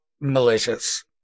malicious